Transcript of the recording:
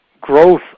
growth